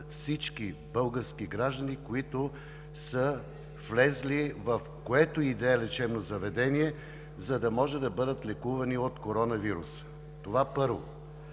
всички български граждани, които са влезли в което и да е лечебно заведение, за да може да бъдат лекувани от коронавирус – това първо.